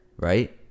Right